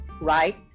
right